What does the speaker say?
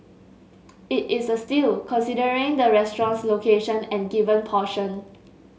it is a steal considering the restaurant's location and given portion